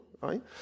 right